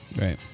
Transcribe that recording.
Right